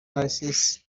narcisse